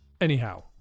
Anyhow